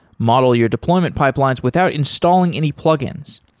model your deployment pipelines without installing any plugins.